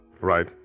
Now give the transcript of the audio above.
Right